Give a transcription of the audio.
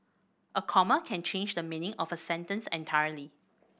a comma can change the meaning of a sentence entirely